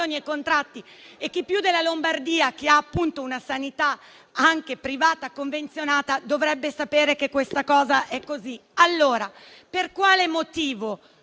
e contratti. E chi più della Lombardia, che ha appunto una sanità anche privata convenzionata, dovrebbe sapere che avviene così? Per quale motivo